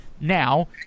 Now